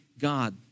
God